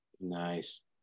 Nice